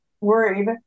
worried